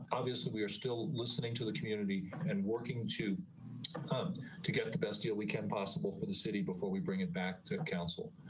obviously we are still listening to the community and working to tom carr to get the best deal we can possible for the city before we bring it back to council,